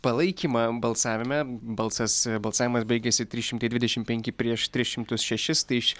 palaikymą balsavime balsas balsavimas baigėsi trys šimtai dvidešim penki prieš tris šimtus šešis iš